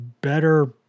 better